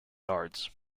yards